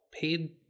paid